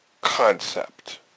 concept